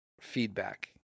feedback